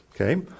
Okay